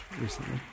recently